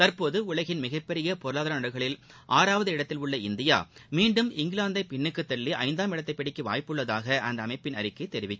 தற்போது உலகின் மிகப்பெரிய பொருளாதார நாடுகளில் ஆறாவது இடத்தில் உள்ள இந்தியா மீண்டும் இங்கிலாந்தை பின்னுக்குத் தள்ளி ஜந்தாம் இடத்தைப் பிடிக்க வாய்ப்புள்ளதாக அந்த அமைப்பின் அறிக்கை தெரிவிக்கிறது